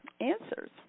answers